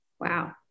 Wow